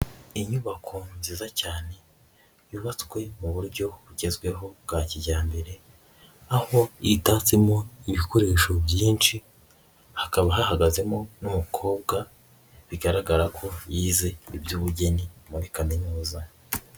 Inyubako nziza cyane yubatswe mu buryo bugezweho bwa kijyambere, aho idatsemo ibikoresho byinshi hakaba hahagazemo n'umukobwa bigaragara ko yize iby'ubugeni muri kaminuza.